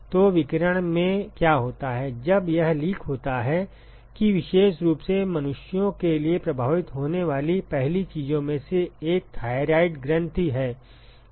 तो विकिरण में क्या होता है जब यह लीक होता है कि विशेष रूप से मनुष्यों के लिए प्रभावित होने वाली पहली चीजों में से एक थायराइड ग्रंथि है